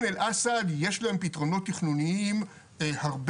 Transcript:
לעין אל אסד יש פתרונות תכנונים הרבה